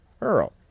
Earl